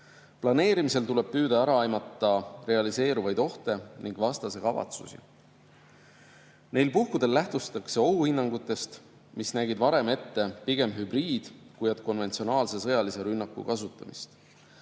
Planeerimisel tuleb püüda ära aimata realiseeruvaid ohte ning vastase kavatsusi. Neil puhkudel lähtutakse ohuhinnangutest, mis nägid varem ette pigem hübriid‑ kui et konventsionaalse sõjalise rünnaku kasutamist.